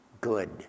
good